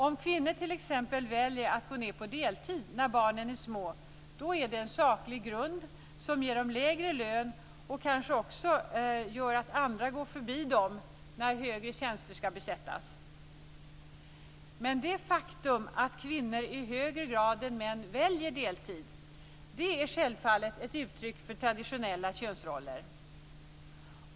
Om kvinnor t.ex. väljer att gå ned på deltid när barnen är små är det en saklig grund som ger dem lägre lön och kanske också gör att andra går förbi dem när högre tjänster skall besättas. Men det faktum att kvinnor i högre grad än män väljer deltid är självfallet ett uttryck för traditionella könsroller.